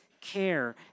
care